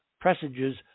presages